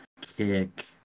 Kick